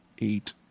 eight